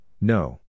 no